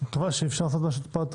מכיוון שאי אפשר לעשות משהו טיפה יותר